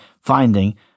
finding